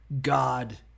God